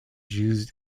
used